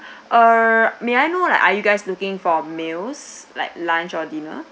err may I know like are you guys looking for meals like lunch or dinner